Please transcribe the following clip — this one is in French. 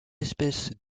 espèces